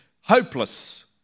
hopeless